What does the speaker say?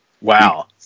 Wow